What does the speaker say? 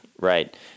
right